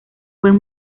buen